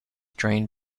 drained